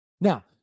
Now